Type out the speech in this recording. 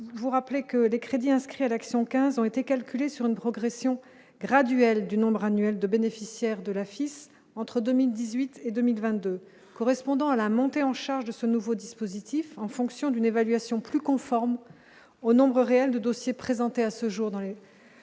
voudrais vous rappeler que les crédits inscrits à l'action, 15 ont été calculés sur une progression graduelle du nombre annuel de bénéficiaires de la FIS entre 2018 et 2022 correspondant à la montée en charge de ce nouveau dispositif, en fonction d'une évaluation plus conforme au nombre réel de dossiers présentés à ce jour dans la